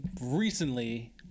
recently